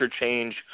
change